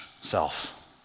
self